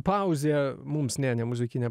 pauzė mums ne nemuzikinė